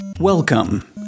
Welcome